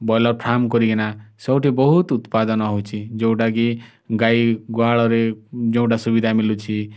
broiler farm କରିକିନା ସବୁଠି ବହୁତ ଉତ୍ପାଦନ ହେଉଛି ଯେଉଁଟା କି ଗାଈ ଗୁହାଳରେ ଯେଉଁଟା ସୁବିଧା ମିଳୁଛି